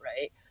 right